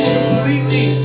completely